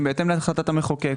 להחלטת המחוקק.